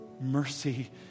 mercy